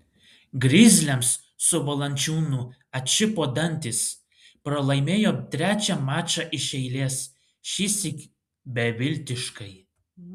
grizliams su valančiūnu atšipo dantys pralaimėjo trečią mačą iš eilės šįsyk beviltiškai